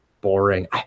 boring